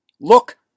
look